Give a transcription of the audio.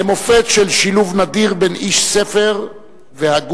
למופת של שילוב נדיר בין איש ספר והגות